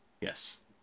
Yes